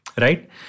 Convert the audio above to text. right